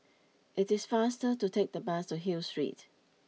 it is faster to take the bus to Hill Street